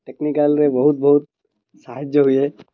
ଟେକ୍ନିକାଲ୍ରେ ବହୁତ ବହୁତ ସାହାଯ୍ୟ ହୁଏ